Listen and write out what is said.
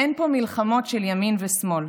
אין פה מלחמות של ימין ושמאל,